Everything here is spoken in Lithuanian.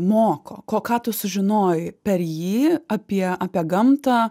moko ko ką tu sužinojai per jį apie apie gamtą